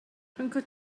rhyngot